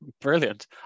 Brilliant